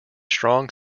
strong